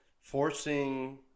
forcing